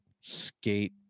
Skate